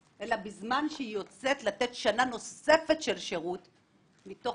אלא בזמן שהיא נותנת שנה נוספת של שירות מתוך